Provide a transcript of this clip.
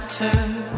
turn